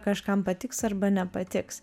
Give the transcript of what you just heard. kažkam patiks arba nepatiks